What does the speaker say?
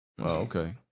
okay